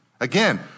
Again